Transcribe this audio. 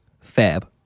Fab